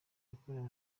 yakorewe